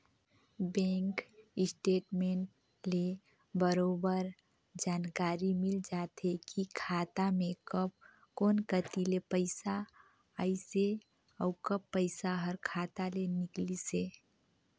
bank statement ले बरोबर जानकारी मिल जाथे की खाता मे कब कोन कति ले पइसा आइसे अउ कब पइसा हर खाता ले निकलिसे